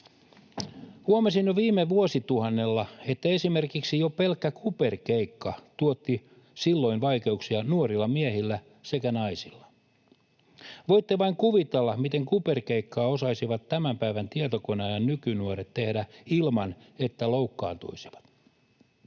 Huomasin jo viime vuosituhannella, että esimerkiksi jo pelkkä kuperkeikka tuotti silloin vaikeuksia nuorilla miehillä sekä naisilla. Voitte vain kuvitella, miten kuperkeikkaa osaisivat tämän päivän tietokoneajan nykynuoret tehdä ilman että loukkaantuisivat.